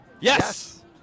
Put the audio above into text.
Yes